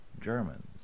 Germans